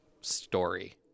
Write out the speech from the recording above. story